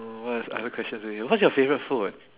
mm what is other question do you what's your favourite food